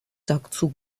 dazu